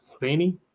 rainy